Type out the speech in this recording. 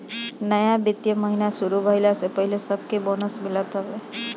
नया वित्तीय महिना शुरू भईला से पहिले सबके बोनस मिलत हवे